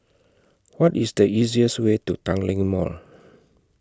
What IS The easiest Way to Tanglin Mall